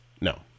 No